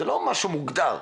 זה לא משהו מוגדר.